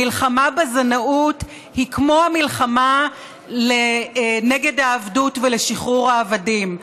המלחמה בזנאות היא כמו המלחמה נגד העבדות ולשחרור העבדים,